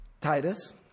Titus